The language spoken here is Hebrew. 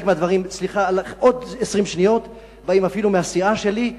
חלק מהדברים באים אפילו מהסיעה שלי,